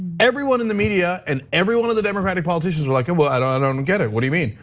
everyone in the media and every one of the democratic politicians are like, well, i don't get it. what do you mean,